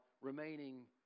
remaining